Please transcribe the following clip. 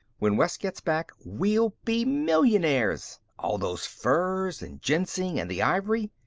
when wes gets back, we'll be millionaires. all those furs and ginseng and the ivory.